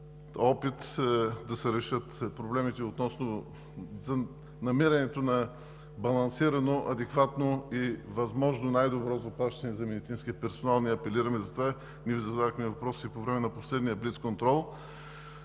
и да се решат проблемите относно намирането на балансирано, адекватно и възможно най-добро заплащане за медицинския персонал. Ние апелирахме за това и Ви зададохме въпроси по времето на последния блицконтрол.